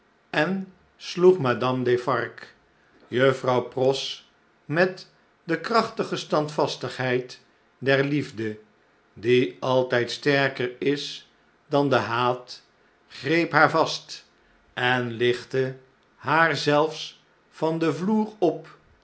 en sloegmadame defarge juffrouw pross met de krachtige standvastigheid der liefde die altijd sterker is dan de haat greep haar vast en lichtte haar zelfs van den vher op